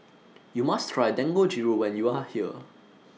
YOU must Try Dangojiru when YOU Are here